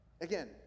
Again